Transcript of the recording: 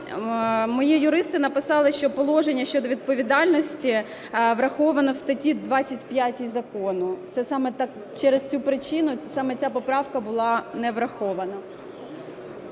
мої юристи написали, що положення щодо відповідальності враховано в статті 25 закону. Це саме через цю причину, саме ця поправка була не врахована.